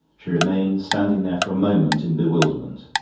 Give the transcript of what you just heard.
she remained standing there for a moment in bewilderment.